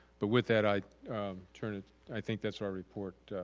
but with that i turn it i think that's our report.